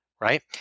right